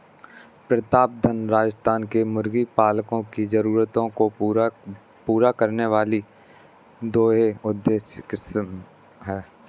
प्रतापधन राजस्थान के मुर्गी पालकों की जरूरतों को पूरा करने वाली दोहरे उद्देश्य की किस्म है